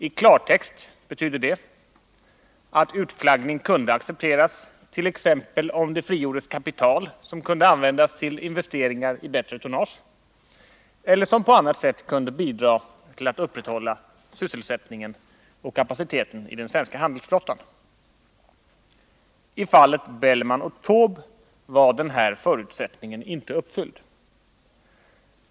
I klartext betyder detta att utflaggning kunde accepteras, t.ex. om man frigör kapital som kan användas till investeringar i bättre tonnage eller som på annat sätt kan bidra till att upprätthålla sysselsättningen och kapaciteten i den svenska handelsflottan. I fallet ”Bellman” och ”Taube” var denna förutsättning inte uppfylld.